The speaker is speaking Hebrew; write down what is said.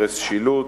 הרס שילוט,